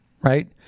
right